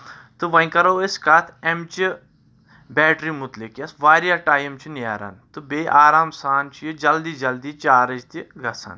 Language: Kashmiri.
تہٕ وۄنۍ کرو أسۍ کتھ اَمہِ چہِ بیٹری مُتعلق یۄس واریاہ ٹایم چھُ نیران تہٕ بیٚیہِ آرام سان چھُ یہِ جلدی جلدی چارٕج تہِ گژھان